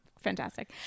fantastic